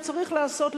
הוא צריך לעשות,